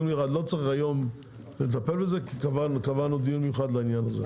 צריך היום לטפל בזה כי קבענו דיון מיוחד לזה.